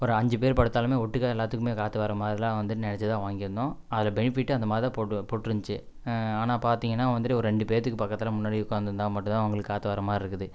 ஒரு அஞ்சு பேரு படுத்தாலுமே ஒட்டுக்கா எல்லாத்துக்குமே காற்று வர மாதிரிலாம் வந்து நினச்சி தான் வாங்கிருந்தோம் அதில் பெனிஃபிட்டு அந்த மாதிரி தான் போட்டு போட்டுருந்ச்சி ஆனால் பாத்தீங்கன்னா வந்துட்டு ஒரு ரெண்டு பேத்துக்கு பக்கத்தில் முன்னாடியே உட்காந்துருந்தா மட்டும் தான் அவங்களுக்கு காற்று வர மாதிரி இருக்குது